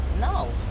no